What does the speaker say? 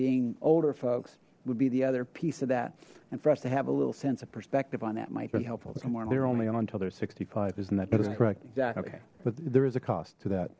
being older folks would be the other piece of that and for us to have a little sense of perspective on that might be helpful to someone they're only oh until they're sixty five isn't that correct exactly but there is a cost to that